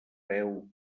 veu